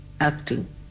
acting